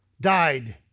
died